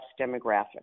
demographic